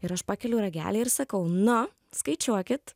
ir aš pakeliu ragelį ir sakau nu skaičiuokit